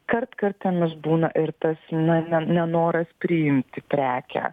kartkartėmis būna ir tas na ne nenoras priimti prekę